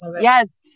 yes